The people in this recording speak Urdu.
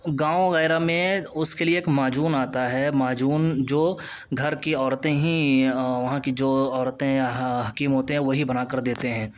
گاؤں وغیرہ میں اس کے لیے ایک معجون آتا ہے معجون جو گھر کی عورتیں ہی وہاں کی جو عورتیں یا حکیم ہوتے ہیں وہی بنا کر دیتے ہیں